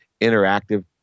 interactive